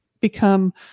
become